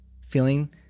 feeling